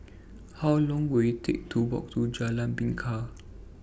How Long Will IT Take to Walk to Jalan Bingka